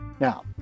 Now